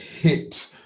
hit